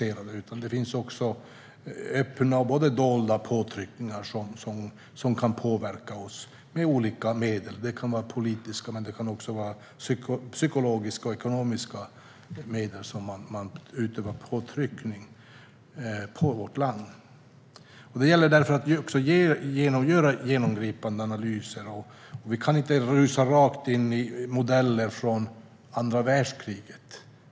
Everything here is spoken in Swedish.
Det kan vara både öppna och dolda påtryckningar som kan påverka oss. Det kan vara med politiska, psykologiska och ekonomiska medel som man utövar påtryckning mot vårt land. Det gäller därför att vi gör genomgripande analyser. Vi kan inte rusa rakt in i modeller från andra världskriget.